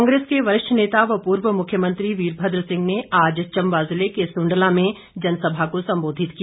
कांग्रेस के वरिष्ठ नेता व पूर्व मुख्यमंत्री वीरभद्र सिंह ने आज चंबा जिले के सुंडला में जनसभा को संबोधित किया